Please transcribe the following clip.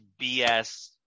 bs